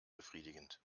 befriedigend